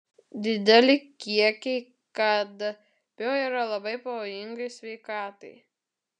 dideli kiekiai kadmio yra labai pavojingai sveikatai